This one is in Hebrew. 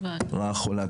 רעה חולה,